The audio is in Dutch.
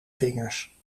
vingers